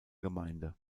gemeinde